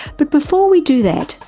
but before we do that,